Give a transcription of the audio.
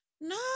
No